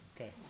Okay